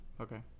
Okay